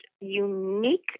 unique